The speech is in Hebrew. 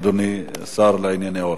אדוני השר לענייני עורף.